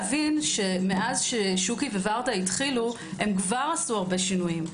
מאז ששוקי ו-וורדה התחילו הם כבר עשו הרבה שינויים.